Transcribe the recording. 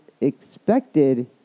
expected